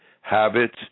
habits